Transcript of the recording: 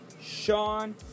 Sean